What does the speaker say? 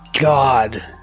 god